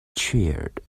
cheered